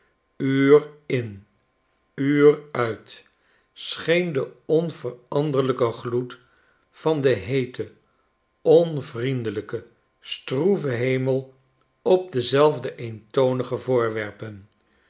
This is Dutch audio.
wolken uur in uur uit scheen de onveranderlijke gloed van den heeten onvriendelijken stroeven hemel op dezelfde eentonlge voorwerpen